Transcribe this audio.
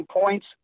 points